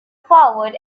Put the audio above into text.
forward